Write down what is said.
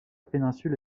péninsule